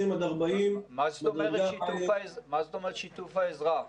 40 מדרגה --- מה זאת אומרת שיתוף האזרח?